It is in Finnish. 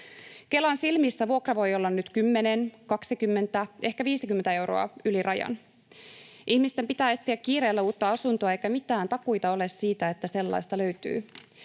Kelan silmissä vuokra voi olla nyt 10, 20, ehkä 50 euroa yli rajan. Ihmisten pitää etsiä kiireellä uutta asuntoa, eikä mitään takuita ole siitä, että sellainen löytyy.